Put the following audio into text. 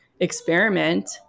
experiment